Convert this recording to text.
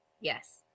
Yes